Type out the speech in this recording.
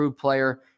player